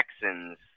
Texans